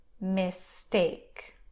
mistake